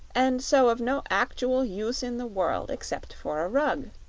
and so of no actual use in the world except for a rug,